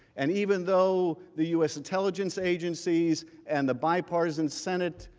and even though the u s. intelligence agencies and the bipartisan senate,